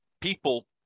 people